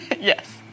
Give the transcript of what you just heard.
Yes